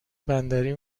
بندری